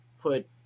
put